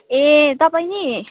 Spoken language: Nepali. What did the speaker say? ए तपाईँ नि